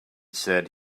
said